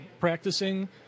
practicing